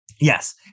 Yes